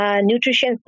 nutrition